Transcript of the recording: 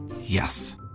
Yes